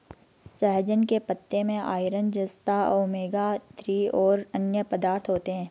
सहजन के पत्ते में आयरन, जस्ता, ओमेगा थ्री और अन्य पदार्थ होते है